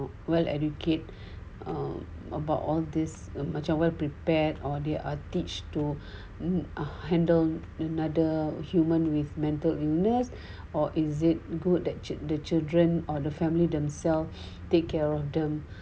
well educate about all this macam well prepared or they are teach to handle another human with mental illness or is it good that the children or the family themselves take care of them